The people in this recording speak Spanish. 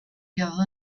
quedado